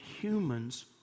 humans